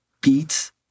beats